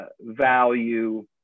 value